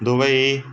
Dubai